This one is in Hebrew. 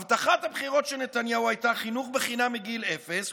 הבטחת הבחירות של נתניהו הייתה חינוך בחינם מגיל אפס,